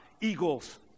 eagles